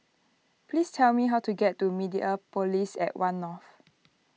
please tell me how to get to Mediapolis at one North